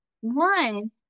one